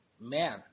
Man